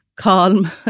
calm